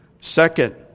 Second